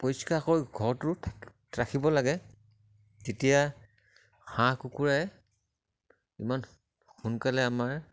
পৰিষ্কাৰকৈ ঘৰটো ৰাখিব লাগে তেতিয়া হাঁহ কুকুৰাই ইমান সোনকালে আমাৰ